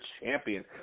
champion